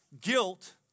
guilt